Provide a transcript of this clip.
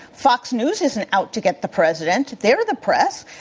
fox news isn't out to get the president. they're the press.